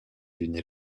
d’une